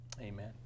Amen